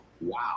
wow